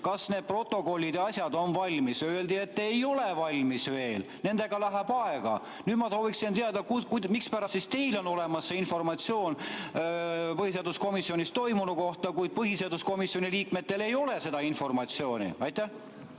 kas need protokollid ja asjad on valmis, öeldi, et ei ole valmis veel, nendega läheb aega. Nüüd ma sooviksin teada, mispärast teil on olemas see informatsioon põhiseaduskomisjonis toimunu kohta, kuid põhiseaduskomisjoni liikmetel ei ole seda informatsiooni. Ma